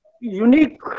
unique